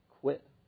quit